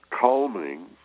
calming